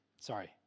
sorry